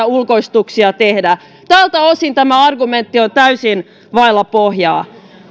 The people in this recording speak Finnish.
ulkoistuksia tehdä tältä osin tämä argumentti on täysin vailla pohjaa